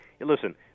listen